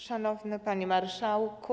Szanowny Panie Marszałku!